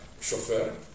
chauffeur